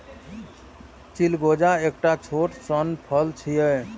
चिलगोजा एकटा छोट सन फल छियै